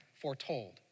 foretold